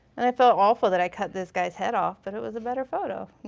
and i felt awful that i cut this guy's head off but it was a better photo!